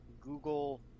google